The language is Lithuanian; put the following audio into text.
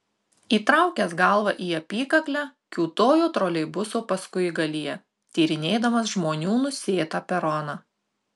įtraukęs galvą į apykaklę kiūtojo troleibuso paskuigalyje tyrinėdamas žmonių nusėtą peroną